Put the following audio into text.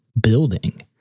building